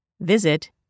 Visit